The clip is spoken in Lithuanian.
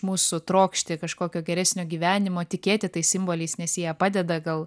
mūsų trokšti kažkokio geresnio gyvenimo tikėti tais simboliais nes jie padeda gal